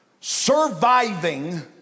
Surviving